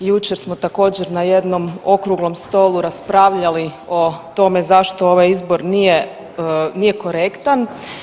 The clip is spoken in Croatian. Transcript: Jučer smo također na jednom okruglom stolu raspravljali o tome zašto ovaj izbor nije, nije korektan.